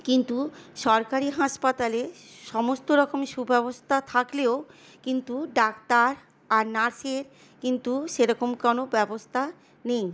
কিন্তু সরকারি হাসপাতালে সমস্ত রকম সুব্যবস্থা থাকলেও কিন্তু ডাক্তার আর নার্সের কিন্তু সেরকম কোন ব্যবস্থা নেই